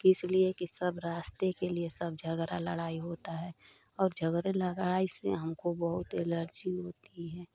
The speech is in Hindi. इसलिए कि सब रास्ते के लिए सब झगड़ा लड़ाई होता है और झगड़ा लड़ाई से हम को बहुत एलर्जी होती है